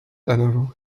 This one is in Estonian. tänavu